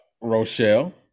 Rochelle